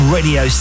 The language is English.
Radio